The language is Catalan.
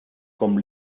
com